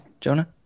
Jonah